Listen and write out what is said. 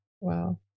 Wow